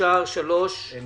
הצבעה בעד